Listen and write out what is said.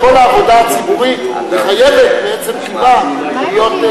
כל העבודה הציבורית מחייבת מעצם טיבה להיות,